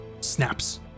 snaps